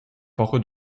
poco